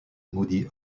moody